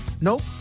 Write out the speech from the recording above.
Nope